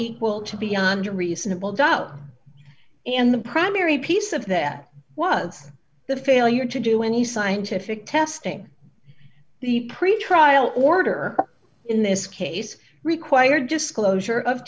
equal to beyond a reasonable doubt and the primary piece of that was the failure to do any scientific testing the pretrial order in this case require disclosure of